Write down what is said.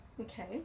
Okay